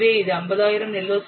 எனவே இது 50000 எல்